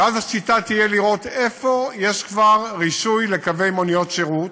ואז השיטה תהיה לראות איפה כבר יש רישוי למוניות שירות,